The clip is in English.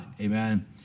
Amen